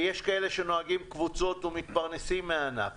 יש כאלה שנוהגים קבוצות ומתפרנסים מהענף